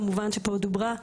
שכמובן דובר פה עליה,